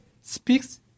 speaks